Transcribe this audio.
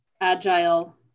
agile